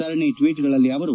ಸರಣಿ ಟ್ವೀಟ್ ಗಳಲ್ಲಿ ಅವರು